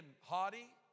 haughty